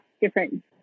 different